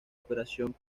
operación